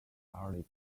fairly